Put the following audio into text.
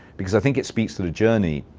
because i think it speaks to the journey,